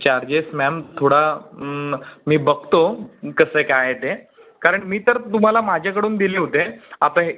charges ma'am थोडा म मी बघतो कसं काय आहे ते कारण मी तर तुम्हाला माझ्याकडून दिले होते आता हे